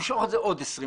למשוך את זה עוד 20 שנים.